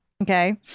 okay